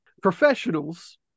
Professionals